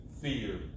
fear